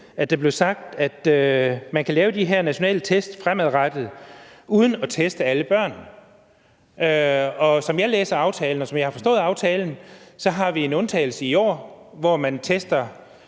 at der blev sagt, at man kan lave de her nationale test fremadrettet uden at teste alle børn. Som jeg læser aftalen, og som jeg har forstået aftalen, har vi en undtagelse i år, hvor man tester